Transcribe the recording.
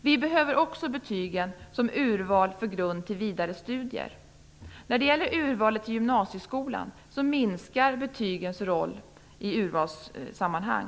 Vi behöver också betygen som urval för grund till vidare studier. När det gäller urvalet till gymnasieskolan minskar betygens roll i urvalssammanhang.